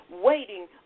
waiting